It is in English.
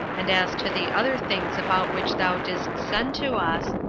and as to the other things about which thou didst send to us,